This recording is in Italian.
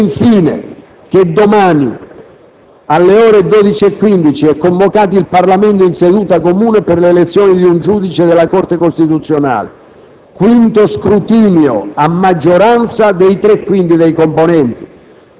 alle ore 20,30 interpellanze e interrogazioni. Avverto infine che domani, alle ore 12,15, è convocato il Parlamento in seduta comune per l'elezione di un giudice della Corte costituzionale,